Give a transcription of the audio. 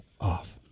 off